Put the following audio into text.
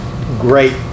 great